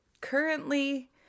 currently